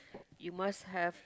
you must have